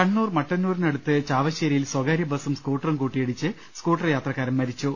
കണ്ണൂർ മട്ടന്നൂരിന് അടുത്ത് ചാവശ്ശേരിയിൽ സ്ഥകാര്യ ബസും സ്കൂട്ടറും കൂട്ടിയിടിച്ച് സ്കൂട്ടർ യാത്രക്കാരൻ മരിച്ചു